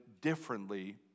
differently